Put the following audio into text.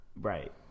Right